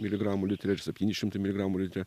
miligramų litre ir septyni šimtai miligramų litre